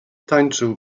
tańczył